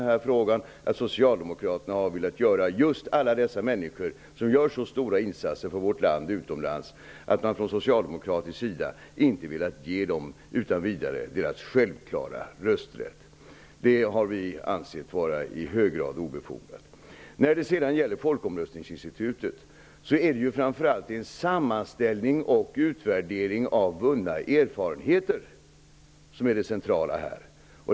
Vi har inte velat finna oss i att man från socialdemokratisk sida inte utan vidare velat ge just alla dessa människor som gör så stora insatser för vårt land utomlands deras självklara rösträtt. Det har vi i hög grad ansett obefogat. Beträffande folkomröstningsinstitutet är en sammanställning och utvärdering av vunna erfarenheter det centrala.